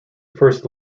first